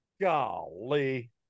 golly